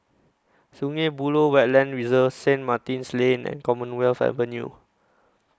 Sungei Buloh Wetland Reserve Saint Martin's Lane and Commonwealth Avenue